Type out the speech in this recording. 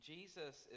Jesus